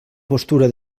postura